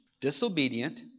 disobedient